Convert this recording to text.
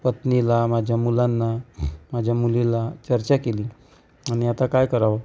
पत्नीला माझ्या मुलांना माझ्या मुलीला चर्चा केली आणि आता काय करावं